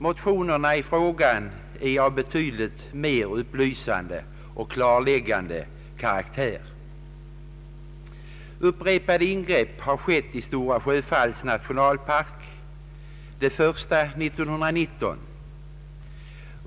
Motionerna i frågan är av betydligt mer upplysande och klarläggande karaktär. Upprepade ingrepp har skett i Stora Sjöfallets nationalpark, det första 1919.